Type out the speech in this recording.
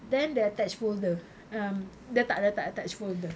then dia attached folder um dia tak letak attach folder